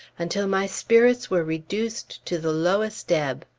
until my spirits were reduced to the lowest ebb.